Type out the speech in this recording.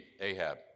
Ahab